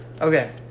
Okay